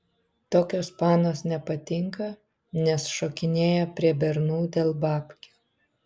tokios panos nepatinka nes šokinėja prie bernų dėl babkių